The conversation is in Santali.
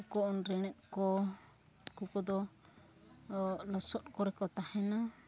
ᱠᱚᱱ ᱨᱮᱬᱮᱫ ᱠᱚ ᱩᱱᱠᱩ ᱠᱚᱫᱚ ᱞᱚᱥᱚᱫ ᱠᱚᱨᱮ ᱠᱚ ᱛᱟᱦᱮᱱᱟ